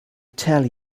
tell